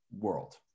world